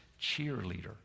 cheerleader